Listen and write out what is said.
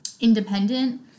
independent